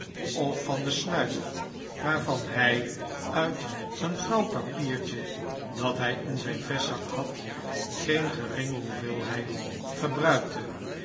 of van de snuif waarvan hij uit een grauw papiertje dat hij in zijn vestzak had geen geringe hoeveelheid gebruikte